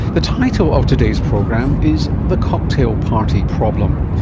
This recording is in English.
the title of today's program is the cocktail party problem,